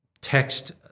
text